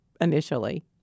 initially